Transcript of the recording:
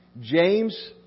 James